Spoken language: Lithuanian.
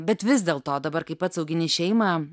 bet vis dėl to dabar kai pats augini šeimą